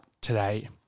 today